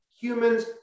Humans